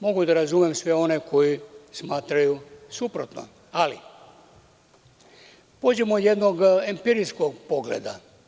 Mogu da razumem sve one koji smatraju suprotnom, ali pođimo od jednog empirijskog pogleda.